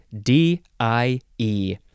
D-I-E